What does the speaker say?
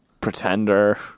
pretender